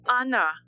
Anna